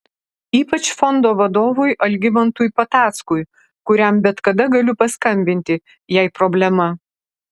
ypač fondo vadovui algimantui patackui kuriam bet kada galiu paskambinti jei problema